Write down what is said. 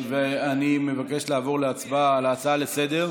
אני מבקש לעבור להצבעה על ההצעה לסדר-היום.